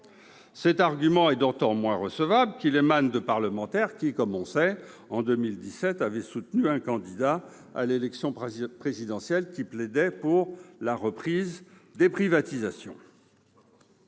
Cet argument est d'autant moins recevable qu'il émane de parlementaires qui, en 2017, ont soutenu un candidat à l'élection présidentielle, qui plaidait pour la reprise des privatisations.